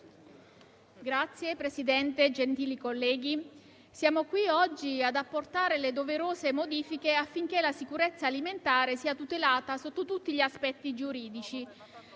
Signor Presidente, gentili colleghi, siamo qui oggi ad apportare le doverose modifiche affinché la sicurezza alimentare sia tutelata sotto tutti gli aspetti giuridici.